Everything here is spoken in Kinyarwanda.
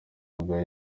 bwa